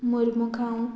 Mormugao